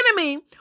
enemy